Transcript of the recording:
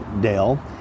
Dale